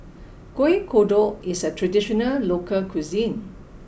Kueh Kodok is a traditional local cuisine